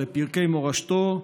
לפרקי מורשתו,